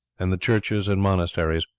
and the churches and monasteries,